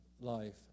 life